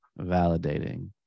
validating